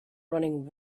running